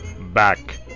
Back